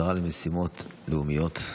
השרה למשימות לאומיות.